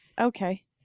Okay